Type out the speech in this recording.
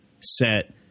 set